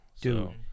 Dude